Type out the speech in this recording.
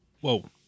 Whoa